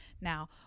now